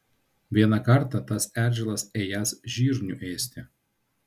vieną kartą tas eržilas ėjęs žirnių ėsti